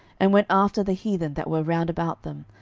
and went after the heathen that were round about them,